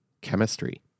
chemistry